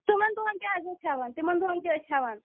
تِمَن دۄہَن تہِ حظ ٲسۍ ہٮ۪وان تِمَن دۄہَن تہِ ٲسۍ ہٮ۪وان